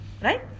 right